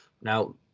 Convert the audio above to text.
Now